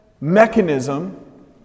mechanism